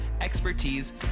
expertise